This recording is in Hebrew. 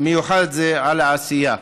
מיוחד זה על העשייה.